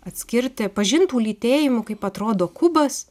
atskirti pažintų lytėjimu kaip atrodo kubas